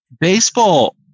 baseball